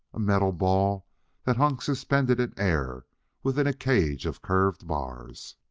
a metal ball that hung suspended in air within a cage of curved bars.